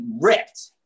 ripped